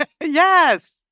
yes